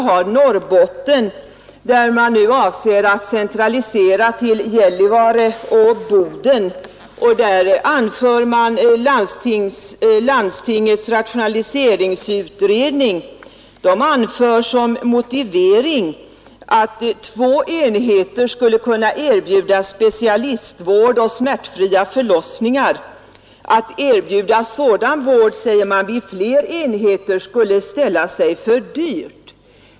I Norrbotten avser man att centralisera förlossningsvården till Gällivare och Boden, och beträffande detta anför landstingets rationaliseringsutredning som motivering att två enheter skulle kunna erbjuda specialistvård och smärtfria förlossningar. Att erbjuda sådan vård, säger man, vid fler enheter skulle ställa sig för dyrt.